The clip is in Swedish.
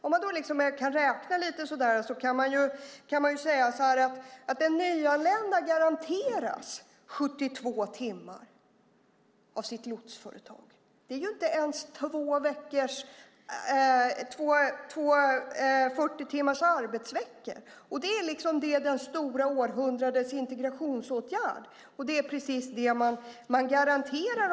Om man räknar på det kan man säga att den nyanlände garanteras 72 timmar från sitt lotsföretag. Men det är inte ens två 40-timmarsarbetsveckor. Ändå är detta århundradets stora integrationsåtgärd. Det här är vad dessa människor garanteras.